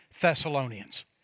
Thessalonians